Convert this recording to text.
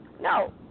No